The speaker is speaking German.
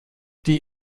die